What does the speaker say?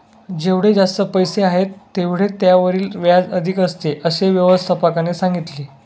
जेवढे जास्त पैसे आहेत, तेवढे त्यावरील व्याज अधिक असते, असे व्यवस्थापकाने सांगितले